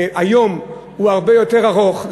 היום הוא הרבה יותר ארוך,